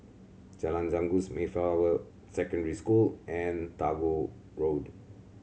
Jalan Janggus Mayflower Secondary School and Tagore Road